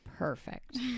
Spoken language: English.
Perfect